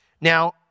Now